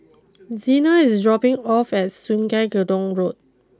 Xena is dropping off at Sungei Gedong Road